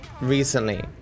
recently